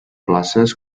places